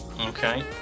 Okay